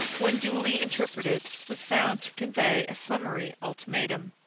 when duly interpreted, was found convey a summary ultimatum.